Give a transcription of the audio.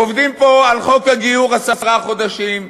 עובדים פה על חוק הגיור עשרה חודשים,